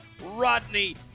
Rodney